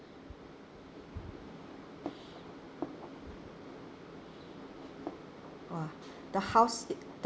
!wah! the house it